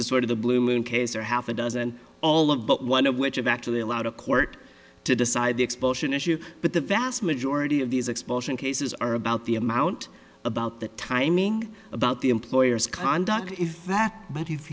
is sort of the blue moon case or half a dozen all of but one of which have actually allowed a court to decide the expulsion issue but the vast majority of these expulsion cases are about the amount about the timing about the employer's conduct if that but if